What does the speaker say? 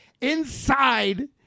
inside